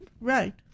Right